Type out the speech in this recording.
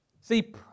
See